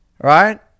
Right